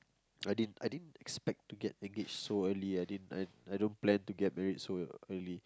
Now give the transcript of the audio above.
I didn't I didn't expect to get engaged so early I didn't I don't plan to get married so early